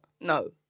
No